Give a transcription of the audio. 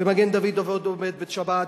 מגן-דוד עובד בשבת,